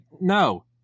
no